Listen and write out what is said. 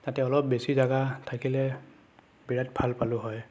তাতে অলপ বেছি জেগা থাকিলে বিৰাট ভাল পালো হয়